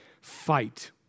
Fight